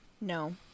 No